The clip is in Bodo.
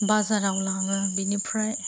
बाजाराव लाङो बिनिफ्राय